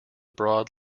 broad